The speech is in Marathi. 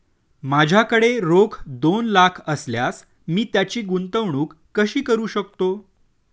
माझ्याकडे रोख दोन लाख असल्यास मी त्याची गुंतवणूक कशी करू शकतो?